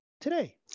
today